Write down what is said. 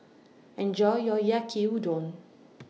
Enjoy your Yaki Udon